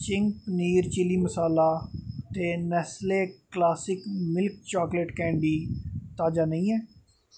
Ching's paneer chilli masala ते Nestle classic milk chocolate candy ताजा नेईं हियां